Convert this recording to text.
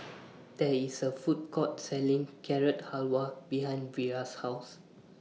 There IS A Food Court Selling Carrot Halwa behind Vira's House